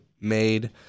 made